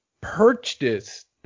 purchased